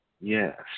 yes